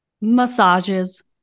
Massages